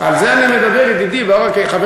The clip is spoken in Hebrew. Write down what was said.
ידוע לך שהורידו את ערוץ הכנסת מהלוויין?